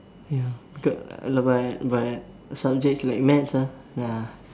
ya got lah but but subject like maths ah ya